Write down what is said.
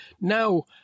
Now